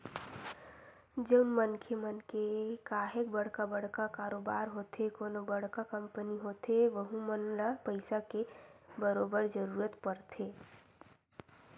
जउन मनखे मन के काहेक बड़का बड़का कारोबार होथे कोनो बड़का कंपनी होथे वहूँ मन ल पइसा के बरोबर जरूरत परथे